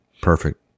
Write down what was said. Perfect